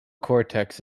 cortex